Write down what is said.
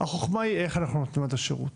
החכמה היא איך אנחנו נותנים את השירות.